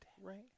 Right